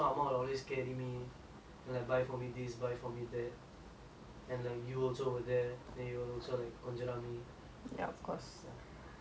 and like you also were then you will also like so I guess like going out lah going out with my family members